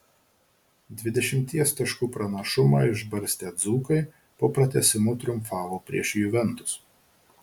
dvidešimties taškų pranašumą išbarstę dzūkai po pratęsimo triumfavo prieš juventus